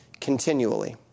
continually